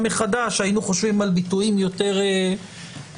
מחדש היינו חושבים על ביטויים יותר מחודדים.